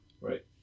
Right